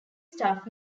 staff